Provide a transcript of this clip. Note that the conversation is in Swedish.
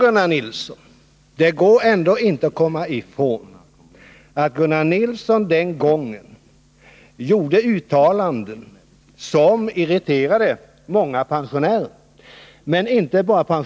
Gunnar Nilsson kan inte komma ifrån att han 1977 gjorde uttalanden som irriterade många pensionärer — men inte bara dem.